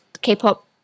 k-pop